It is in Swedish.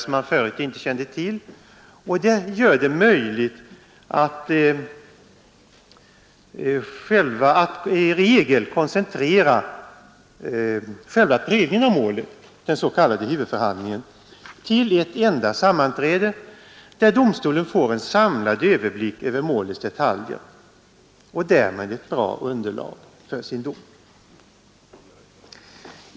Detta gör det i regel möjligt att koncentrera själva prövningen av målet, den s.k. huvudförhandlingen, till ett enda sammanträde, där domstolen får en samlad överblick över målets detaljer och därmed ett bra underlag för sin dom.